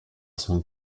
son